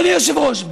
היושב-ראש,